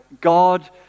God